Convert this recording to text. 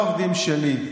זה לא העובדים שלי.